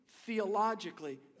theologically